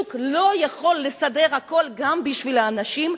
השוק לא יכול לסדר הכול גם בשביל האנשים,